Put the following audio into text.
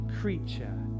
creature